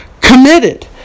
committed